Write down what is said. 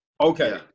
Okay